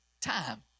time